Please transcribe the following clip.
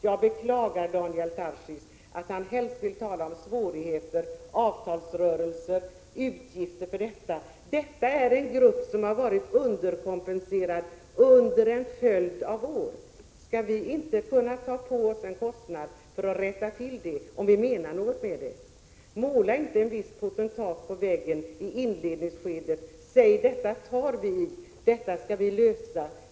Jag beklagar att Daniel Tarschys helst vill tala om svårigheter, avtalsrörelser och utgifter. Detta är en grupp som har varit underkompenserad under en följd av år. Skall vi inte kunna ta på oss en kostnad för att rätta till olägenheterna, om vi menar någonting med vårt tal? Måla inte en viss potentat på väggen i inledningsskedet. Säg så här: Detta skall vi lösa.